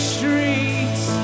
streets